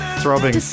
throbbing